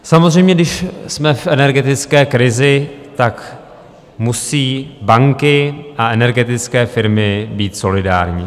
Samozřejmě, když jsme v energetické krizi, musí banky a energetické firmy být solidární.